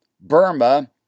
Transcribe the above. Burma